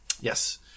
Yes